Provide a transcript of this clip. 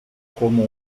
como